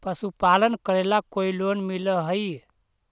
पशुपालन करेला कोई लोन मिल हइ?